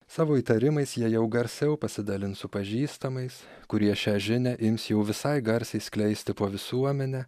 savo įtarimais jie jau garsiau pasidalins su pažįstamais kurie šią žinią ims jau visai garsiai skleisti po visuomenę